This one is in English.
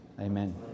amen